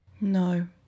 no